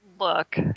look